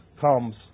comes